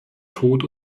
tod